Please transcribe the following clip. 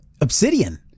Obsidian